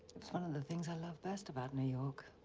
it's one of the things i love best about new york.